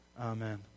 Amen